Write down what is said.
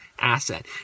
asset